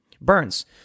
Burns